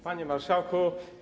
Panie Marszałku!